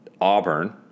Auburn